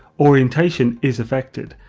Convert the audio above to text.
orientation is effected,